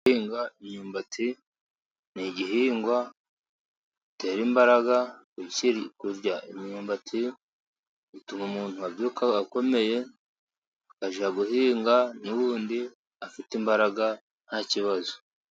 Guhinga imyumbati, ni igihingwa gitera imbaraga, kurya imyumbati bituma umuntu abyuka akomeye, akajya guhinga n'ubundi afite imbaraga nta kibazo.